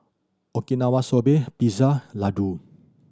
Okinawa Soba Pizza Ladoo